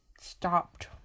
stopped